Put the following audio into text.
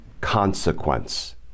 consequence